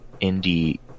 indie